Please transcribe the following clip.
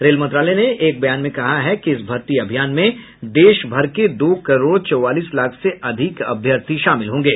rail मंत्रालय ने एक बयान में कहा है कि इस भर्ती अभियान में देशभर के दो करोड़ चौवालीस लाख से अधिक अभ्यर्थी शामिल होंगे